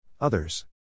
Others